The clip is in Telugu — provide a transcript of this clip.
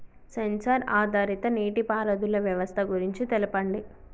సెన్సార్ ఆధారిత నీటిపారుదల వ్యవస్థ గురించి తెల్పండి?